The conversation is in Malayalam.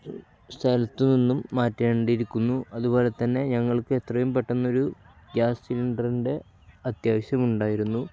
സ്ഥലത്തുനിന്നും മാറ്റേണ്ടിയിരിക്കുന്നു അതുപോലെത്തന്നെ ഞങ്ങൾക്ക് എത്രയും പെട്ടെന്നൊരു ഗ്യാസ് സിലിണ്ടറിൻ്റെ അത്യാവശ്യമുണ്ടായിരുന്നു